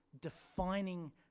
defining